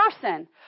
person